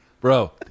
bro